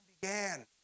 began